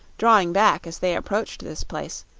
drawing back as they approached this place,